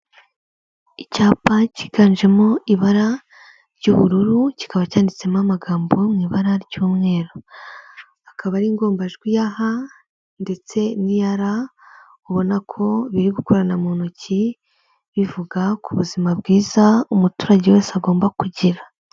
Icyapa cyiganjemo ibara ry'ubururu, kikaba cyanditsemo amagambo mu ibara ry'umweru, akaba ari ingombajwi ya ha ndetse n'iya ra, ubona ko biri gukorana mu ntoki bivuga ku buzima bwiza umuturage wese agomba kugira.